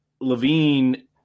Levine